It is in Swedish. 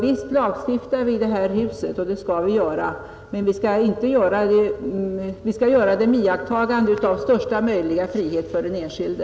Visst lagstiftar vi i detta hus, och det skall vi göra, men vi skall göra det med iakttagande av största möjliga frihet för den enskilde.